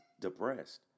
depressed